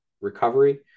recovery